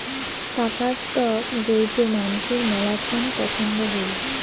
টাকার স্টক যেইটো মানসির মেলাছেন পছন্দ হই